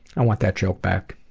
i want that joke back.